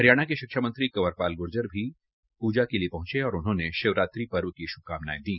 हरियाणा के शिक्षा मंत्री कंवरपाल ग्र्जर भी पूजा के लिए पहंचे और शिवरात्रि पर्व की शुभकानायें दी